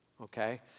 Okay